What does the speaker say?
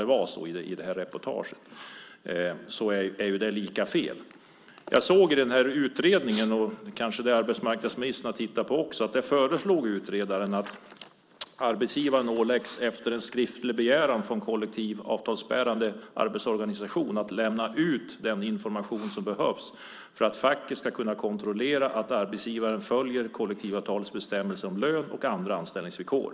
Det spelar i och för sig ingen roll. Det är lika fel ändå. Jag såg i utredningen, och det kanske även arbetsmarknadsministern har tittat på, att utredaren föreslog att "arbetsgivaren, efter skriftlig begäran från kollektivavtalsbärande arbetstagarorganisation, åläggs att till organisationen lämna ut den information som behövs för att arbetstagarorganisationen skall kunna kontrollera om arbetsgivaren följer kollektivavtalets bestämmelser om lön och andra anställningsvillkor.